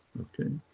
okay.